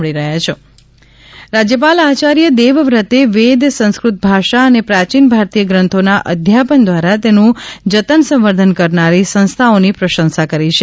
રાજ્યપાલ રાજ્યપાલ આચાર્ય દેવવ્રતે વેદ સંસ્કૃત ભાષા અને પ્રાચીન ભારતીય ગ્રંથોના અધ્યાપન દ્વારા તેનું જતન સંવર્ધન કરનારી સંસ્થાઓની પ્રશંસા કરી છે